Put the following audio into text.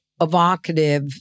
evocative